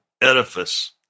edifice